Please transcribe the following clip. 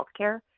healthcare